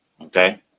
Okay